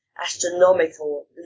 astronomical